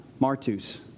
martus